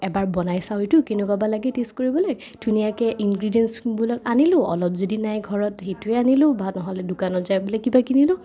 এবাৰ বনাই চাওঁ এইটো কেনেকুৱা বা লাগে টেষ্ট কৰিবলৈ ধুনীয়াকৈ ইনগ্ৰিদিয়েঞ্চবিলাক আনিলোঁ অলপ যদি নাই ঘৰত সেইটো আনিলোঁ নহ'লে দোকানত যাই কিবা কিনিলোঁ